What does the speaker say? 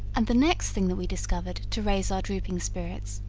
and the next thing that we discovered to raise our drooping spirits,